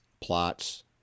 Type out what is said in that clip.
plots